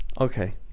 Okay